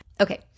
Okay